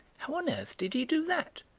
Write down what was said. how on earth did he do that?